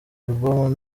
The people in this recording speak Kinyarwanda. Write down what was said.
album